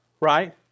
right